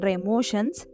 emotions